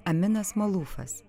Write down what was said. aminas malūfas